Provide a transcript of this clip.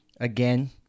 Again